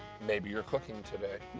maybe you're cooking today.